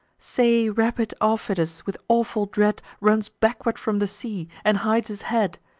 say rapid aufidus with awful dread runs backward from the sea, and hides his head,